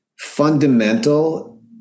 fundamental